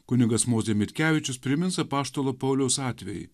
kunigas mozė mitkevičius primins apaštalo pauliaus atvejį